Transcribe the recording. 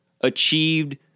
achieved